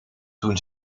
toen